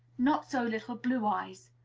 not so little blue eyes.